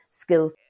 skills